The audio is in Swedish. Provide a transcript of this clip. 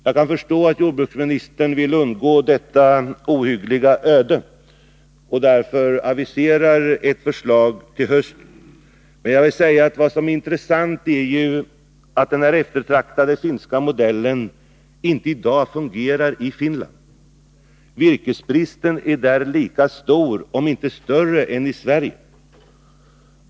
Jag kan förstå att jordbruksministern vill undgå detta ohyggliga öde och därför aviserar ett förslag till hösten. Men vad som är intressant är att den eftertraktade finska modellen i dag inte fungerar i Finland. Virkesbristen är där lika stor om inte större än i Sverige.